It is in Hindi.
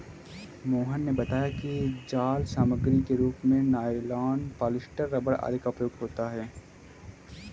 मोहन ने बताया कि जाल सामग्री के रूप में नाइलॉन, पॉलीस्टर, रबर आदि का प्रयोग होता है